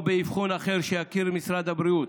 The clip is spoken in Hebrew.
או באבחון אחר שיכיר בו משרד הבריאות.